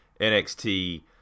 NXT